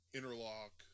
Interlock